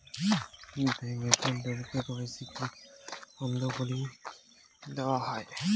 Bank account এর KYC কি কি কারণে বন্ধ করি দেওয়া হয়?